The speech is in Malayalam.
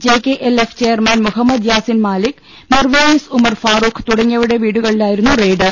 J K L F chairman Muhammad Yasin Malik Mirwaiz Umar Farooq തുടങ്ങിയ വരുടെ വീടുകളിലായിരുന്നു റെയ്ഡ്